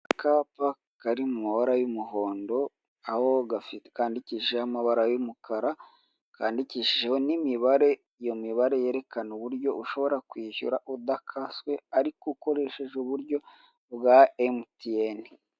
Akapa kari mu mabara y'umuhondo, aho kandikishaho amabara yumukara kandikishijeho n'imibare, iyo mibare yerekana uburyo ushobora kwishyura udakaswe ariko ukoresheje uburyo bwa MTN.